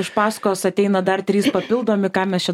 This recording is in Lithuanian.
iš pasakos ateina dar trys papildomi ką mes čia